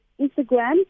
Instagram